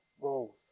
roles